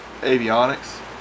avionics